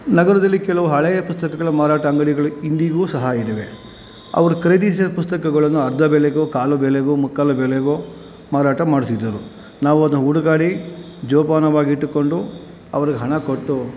ನಗರದಲ್ಲಿ ಕೆಲವು ಹಳೆಯ ಪುಸ್ತಕಗಳ ಮಾರಾಟ ಅಂಗಡಿಗಳು ಇಂದಿಗೂ ಸಹ ಇದಾವೆ ಅವ್ರು ಖರೀದಿಸಿದ ಪುಸ್ತಕಗಳನ್ನು ಅರ್ಧ ಬೆಲೆಗೋ ಕಾಲು ಬೆಲೆಗೋ ಮುಕ್ಕಾಲು ಬೆಲೆಗೋ ಮಾರಾಟ ಮಾಡಿಸಿದ್ದರು ನಾವು ಅದನ್ನ ಹುಡುಕಾಡಿ ಜೋಪಾನವಾಗಿಟ್ಟುಕೊಂಡು ಅವರಿಗೆ ಹಣ ಕೊಟ್ಟು